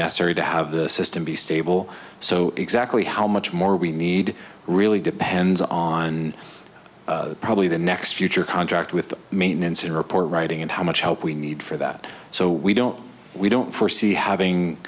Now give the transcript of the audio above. necessary to have the system be stable so exactly how much more we need really depends on probably the next future contract with maintenance and report writing and how much help we need for that so we don't we don't foresee having